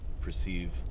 perceive